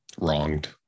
wronged